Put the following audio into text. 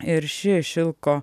ir ši šilko